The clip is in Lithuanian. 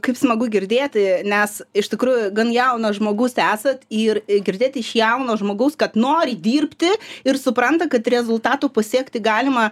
kaip smagu girdėti nes iš tikrųjų gan jaunas žmogus esat ir girdėti iš jauno žmogaus kad nori dirbti ir supranta kad rezultatų pasiekti galima